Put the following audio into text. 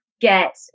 get